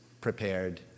prepared